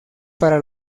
para